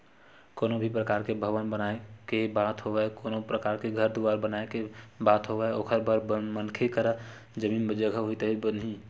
कोनो भी परकार के भवन बनाए के बात होवय कोनो परकार के घर दुवार बनाए के बात होवय ओखर बर मनखे करा जमीन जघा होही तभे तो बनही